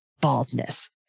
baldness